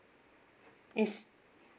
it's